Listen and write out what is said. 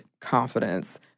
confidence—